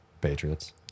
Patriots